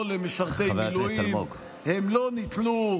או למשרתי מילואים, הם לא נתלו